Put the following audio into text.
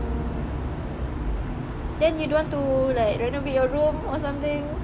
oh then you don't want to like renovate your room or something